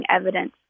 evidence